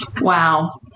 wow